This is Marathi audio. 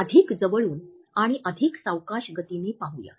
अधिक जवळून आणि अधिक सावकाश गतीने पाहू या